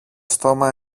στόμα